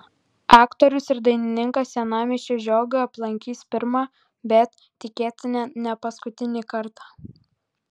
aktorius ir dainininkas senamiesčio žiogą aplankys pirmą bet tikėtina ne paskutinį kartą